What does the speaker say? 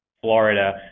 Florida